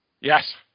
Yes